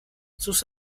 sus